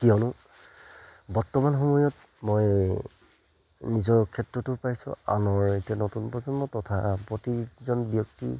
কিয়নো বৰ্তমান সময়ত মই নিজৰ ক্ষেত্ৰতো পাইছোঁ আনৰ এতিয়া নতুন প্ৰজন্ম তথা প্ৰতিজন ব্যক্তি